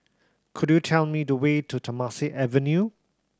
could you tell me the way to Temasek Avenue